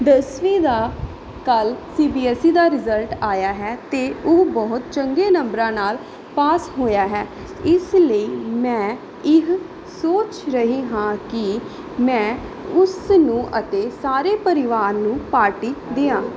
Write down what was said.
ਦਸਵੀਂ ਦਾ ਕੱਲ੍ਹ ਸੀ ਬੀ ਐਸ ਈ ਦਾ ਰਿਜ਼ਲਟ ਆਇਆ ਹੈ ਅਤੇ ਉਹ ਬਹੁਤ ਚੰਗੇ ਨੰਬਰਾਂ ਨਾਲ ਪਾਸ ਹੋਇਆ ਹੈ ਇਸ ਲਈ ਮੈਂ ਇਹ ਸੋਚ ਰਹੀ ਹਾਂ ਕਿ ਮੈਂ ਉਸ ਨੂੰ ਅਤੇ ਸਾਰੇ ਪਰਿਵਾਰ ਨੂੰ ਪਾਰਟੀ ਦਿਆਂ